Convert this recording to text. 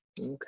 Okay